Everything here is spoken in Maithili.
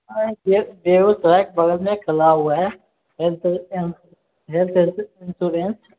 एगो बगलमे खुला हुआ है हेल्थ इंश हेल्थ इंश्योरेंस